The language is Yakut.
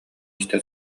истэ